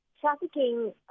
trafficking